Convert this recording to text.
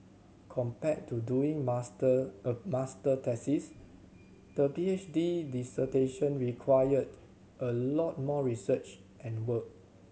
compared to doing master a master thesis the P H D dissertation required a lot more research and work